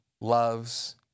loves